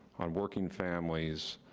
on working families,